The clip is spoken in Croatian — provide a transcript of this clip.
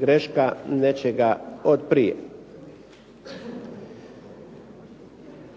greška nečega od prije.